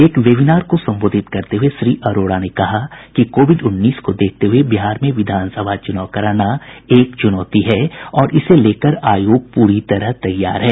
एक वेबीनार को संबोधित करते हुये श्री अरोड़ा ने कहा कि कोविड उन्नीस को देखते हुये बिहार में विधानसभा चुनाव कराना एक चुनौती है और इसे लेकर आयोग पूरी तरह तैयार है